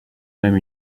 même